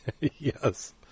Yes